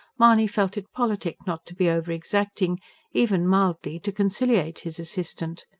mahony felt it politic not to be over-exacting even mildly to conciliate his assistant.